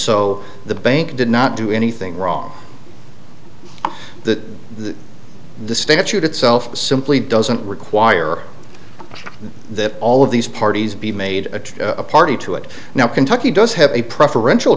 so the bank did not do anything wrong that the statute itself simply doesn't require that all of these parties be made a party to it now kentucky does have a preferential